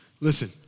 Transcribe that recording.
Listen